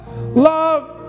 love